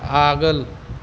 आगोल